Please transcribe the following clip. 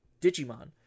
Digimon